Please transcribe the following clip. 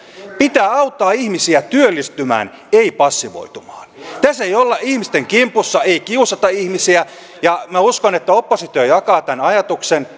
pitää auttaa ihmisiä työllistymään ei passivoitumaan tässä ei olla ihmisten kimpussa ei kiusata ihmisiä minä uskon että oppositio jakaa tämän ajatuksen